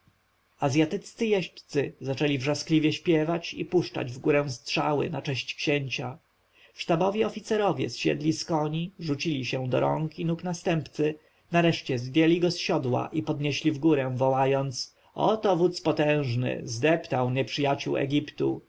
azjatyccy jeźdźcy zaczęli wrzaskliwie śpiewać i puszczać wgórę strzały na cześć księcia sztabowi oficerowie zsiedli z koni rzucili się do rąk i nóg następcy wreszcie zdjęli go z siodła i podnieśli wgórę wołając oto wódz potężny zdeptał nieprzyjaciół egiptu